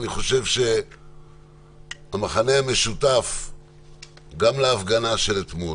אני חושב שבמחנה המשותף גם להפגנה של אתמול